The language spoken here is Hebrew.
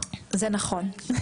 זה נכון.